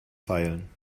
feilen